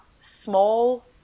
small